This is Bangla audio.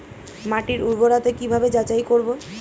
মাটির উর্বরতা কি ভাবে যাচাই করব?